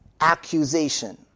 accusation